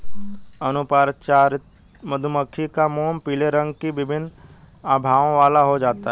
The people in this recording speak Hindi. अनुपचारित मधुमक्खी का मोम पीले रंग की विभिन्न आभाओं वाला हो जाता है